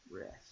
Rest